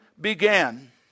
began